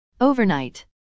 Overnight